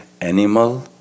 animal